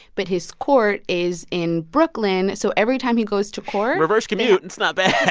but his court is in brooklyn. so every time he goes to court. reverse commute that's not bad